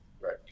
Right